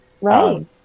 Right